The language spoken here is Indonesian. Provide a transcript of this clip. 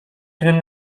dengan